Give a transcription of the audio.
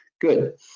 Good